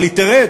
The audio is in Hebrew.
אבל היא תרד,